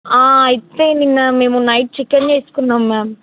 ఇవ్వండి మ్యామ్ మేము night chicken తెచ్చుకున్నాం మ్యామ్